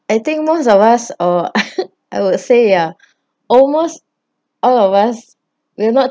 I think most of us uh I would say ya almost all of us will not